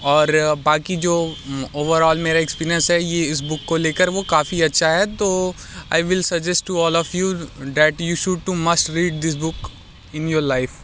और बाकि जो ओवरऑल मेरा एक्सपीरियंस है ये इस बुक को ले कर काफ़ी अच्छा है तो I will suggest to all of you that you should to must read this book in your life